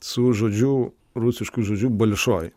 su žodžiu rusišku žodžiu balšoj